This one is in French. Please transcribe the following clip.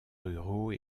ruraux